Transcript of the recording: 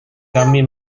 kami